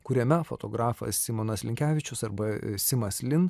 kuriame fotografas simonas linkevičius arba simas lin